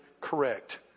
correct